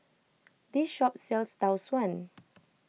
this shop sells Tau Suan